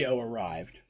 arrived